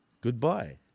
Goodbye